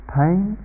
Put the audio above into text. pain